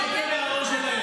אלו שלא צבע העור שלהם,